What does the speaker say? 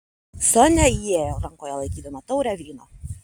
sonia įėjo rankoje laikydama taurę vyno